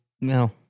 no